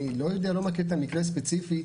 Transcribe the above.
אני לא מכיר את המקרה הספציפי,